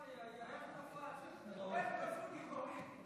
איי איי, איך נפל, איך נפלו גיבורים.